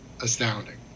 astounding